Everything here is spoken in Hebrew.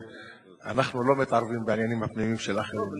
שאנחנו לא מתערבים בעניינים הפנימיים של אחרים.